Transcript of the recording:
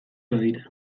badira